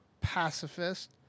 pacifist